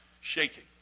shaking